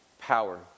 power